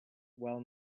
well